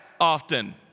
often